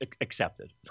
accepted